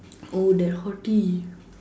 oh the hottie